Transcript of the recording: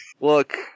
Look